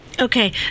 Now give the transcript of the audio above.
Okay